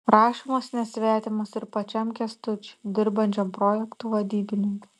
rašymas nesvetimas ir pačiam kęstučiui dirbančiam projektų vadybininku